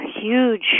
huge